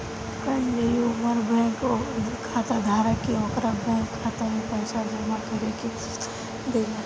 consumer bank खाताधारक के ओकरा बैंक खाता में पइसा जामा करे के सुविधा देला